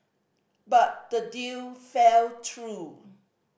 but the deal felt through